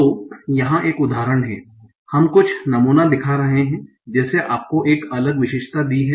तो यहाँ एक उदाहरण है हम कुछ नमूना दिखा रहे हैं जैसे आपको एक अलग विशेषता दी है